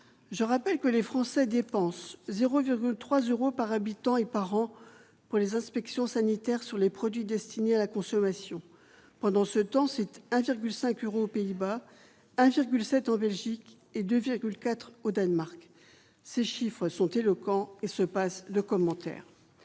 je rappelle que les Français dépensent 0 virgule 3 euros par habitant et par an pour les inspections sanitaires sur les produits destinés à la consommation pendant ce temps 7 1,5 euros aux Pays-Bas 1 virgule 7 heures Belgique et 2 4 au Danemark, ces chiffres sont éloquents et se passe de commentaires,